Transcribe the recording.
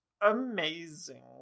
amazing